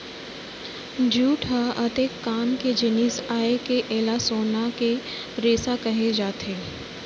jute ह अतेक काम के जिनिस आय के एला सोना के रेसा कहे जाथे